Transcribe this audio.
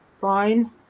fine